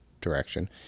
direction